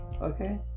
Okay